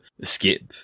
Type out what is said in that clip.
Skip